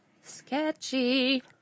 Sketchy